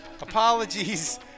Apologies